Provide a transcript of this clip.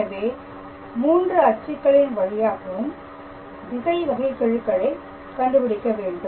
எனவே 3 அச்சுகளின் வழியாகவும் திசை வகைகெழுக்களை கண்டுபிடிக்கவேண்டும்